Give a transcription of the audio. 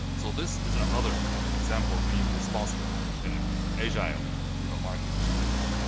so this is another example of being responsible and agile to the market change.